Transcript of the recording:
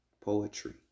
poetry